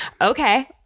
Okay